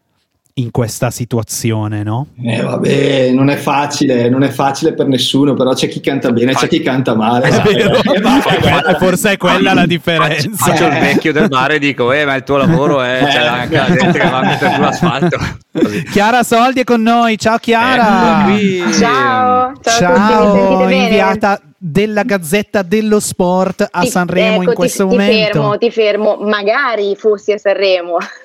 in questa situazione, no? Eh, vabbè, non è facile, non è facile per nessuno, però c'è chi canta bene, c'è Fac- chi canta male, È eh. vero. Eh, vabbè. Eh, quella- forse è quella la Fac- differenza. faccio- faccio il vecchio del mare e dico, "Eh, ma il tuo lavoro è- c'è Eh. anche la gente che va a mettere su l'asfalto". Chiara Soldi è con noi. Ciao, Chiara. Eccola qui. Ciao. Ciao a tutti, mi sentite Ciao, bene? inviata della Gazzetta dello Sport a Ti- Sanremo in ecco, ti- questo ti momento. fermo, ti fermo. Magari fossi a Sanremo.